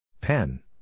Pen